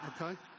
Okay